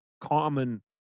common